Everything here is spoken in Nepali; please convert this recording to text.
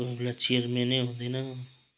कोही बेला चियरमेनै हुँदैन